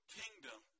kingdom